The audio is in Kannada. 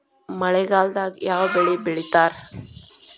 ಮಳೆಗಾಲದಾಗ ಯಾವ ಬೆಳಿ ಬೆಳಿತಾರ?